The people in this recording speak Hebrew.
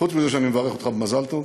חוץ מזה שאני מברך אותך במזל טוב: